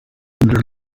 under